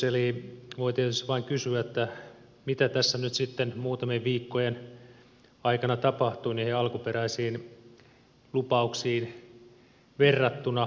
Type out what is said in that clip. voi tietysti vain kysyä mitä tässä nyt sitten muutamien viikkojen aikana tapahtui niihin alkuperäisiin lupauksiin verrattuna